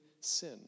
sin